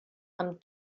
amb